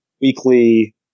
weekly